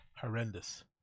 Horrendous